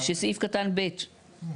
קטן (ב),